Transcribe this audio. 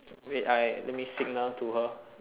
wait I let me signal to her